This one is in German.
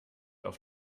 auf